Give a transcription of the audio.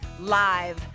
Live